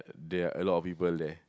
there are a lot of people there